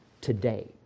today